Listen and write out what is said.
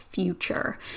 future